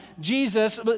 Jesus